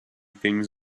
things